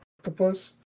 octopus